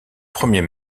premier